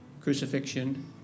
crucifixion